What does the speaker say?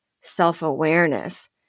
self-awareness